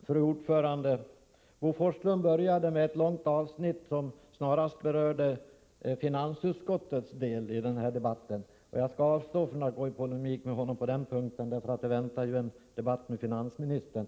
Fru talman! Bo Forslund började sitt anförande med ett långt avsnitt som snarast berörde finansutskottets betänkande. Jag skall avstå från att gå in i polemik med honom på den punkten, eftersom en debatt om dessa frågor strax kommer att föras med finansministern.